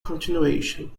continuation